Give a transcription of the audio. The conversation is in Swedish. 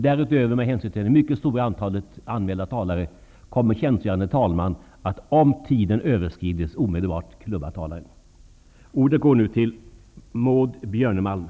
Med hänsyn till det mycket stora antalet anmälda talare kommer tjänstgörande talman därutöver att omedelbart avbryta en talare, om taletiden överskrides.